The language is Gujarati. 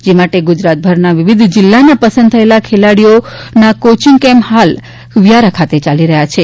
જે માટે ગુજરાતભરના વિવિધ જિલ્લાના પસંદ થયેલા ખેલાડીઓ કોચિંગ કેમ્પ ફાલ વ્યારા ખાતે ચાલી રહ્યા છે